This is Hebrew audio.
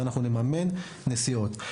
אנחנו נממן נסיעות.